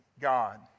God